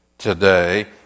today